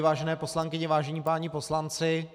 Vážené poslankyně, vážení páni poslanci.